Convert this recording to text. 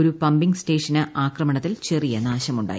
ഒരു പമ്പിക്ക് സ്റ്റേഷന് ആക്രമണത്തിൽ ചെറിയ നാശമുണ്ടായി